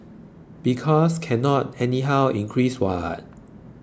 because cannot anyhow increase what